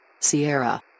Sierra